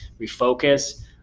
refocus